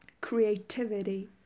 Creativity